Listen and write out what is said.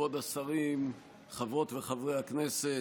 כבוד השרים, חברות וחברי הכנסת,